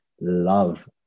love